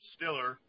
Stiller